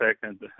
second